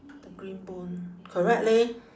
the green bone correct leh